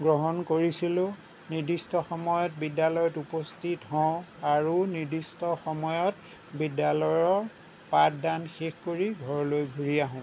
গ্ৰহণ কৰিছিলোঁ নিৰ্দিষ্ট সময়ত বিদ্যালয়ত উপস্থিত হওঁ আৰু নিৰ্দিষ্ট সময়ত বিদ্যালয়ৰ পাঠদান শেষ কৰি ঘৰলৈ ঘূৰি আহোঁ